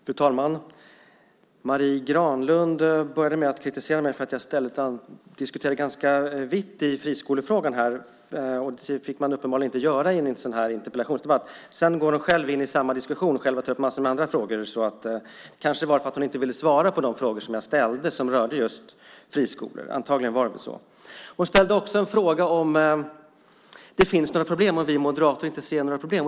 Fru talman! Marie Granlund började med att kritisera mig för att jag diskuterade den ganska viktiga friskolefrågan här. Det fick man uppenbarligen inte göra i en sådan här interpellationsdebatt. Sedan går hon själv in i samma diskussion och tar upp en massa andra frågor. Det var kanske därför att hon inte vill svara på de frågor som jag ställde och som just rörde friskolor. Antagligen var det så. Hon ställde en fråga om det finns några problem och om vi moderater inte ser några problem.